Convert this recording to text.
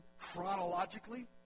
chronologically